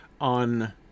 on